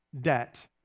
debt